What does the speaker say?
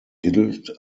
gilt